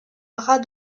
bras